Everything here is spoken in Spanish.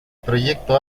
proyecto